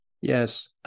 Yes